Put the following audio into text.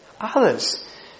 others